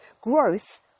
growth